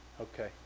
Okay